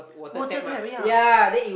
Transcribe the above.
water tap yeah